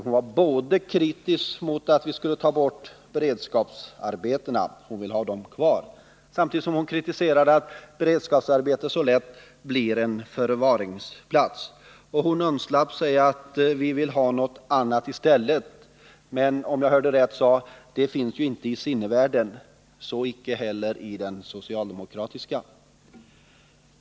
Hon var kritisk mot att vi skulle ta bort beredskapsarbetena och ville ha dem kvar, men samtidigt kritiserade hon att beredskapsarbetena så lätt blir en förvaringsplats. Hon undslapp sig att man vill ha något annat i stället. Men, om jag hörde rätt, fanns det inte i sinnevärlden — så icke heller i den socialdemokratiska.